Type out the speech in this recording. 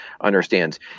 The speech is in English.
understands